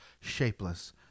shapeless